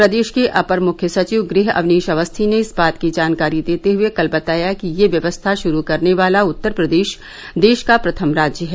प्रदेश के अपर मुख्य सचिव गृह अवनीश अवस्थी ने इस बात की जानकारी देते हए कल बताया कि यह व्यवस्था शुरू करने वाला उत्तर प्रदेश देश का प्रथम राज्य है